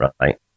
right